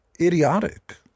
idiotic